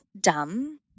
dumb